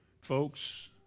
Folks